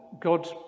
God